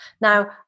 Now